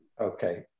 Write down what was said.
Okay